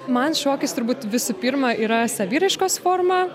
man šokis turbūt visų pirma yra saviraiškos forma